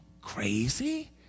crazy